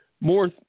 More